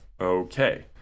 okay